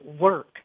work